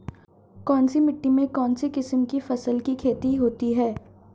कौनसी मिट्टी में कौनसी किस्म की फसल की खेती होती है?